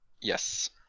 yes